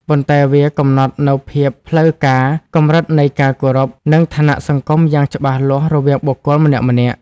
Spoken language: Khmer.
ប៉ុន្តែវាកំណត់នូវភាពផ្លូវការ កម្រិតនៃការគោរព និងឋានៈសង្គមយ៉ាងច្បាស់លាស់រវាងបុគ្គលម្នាក់ៗ។